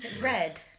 red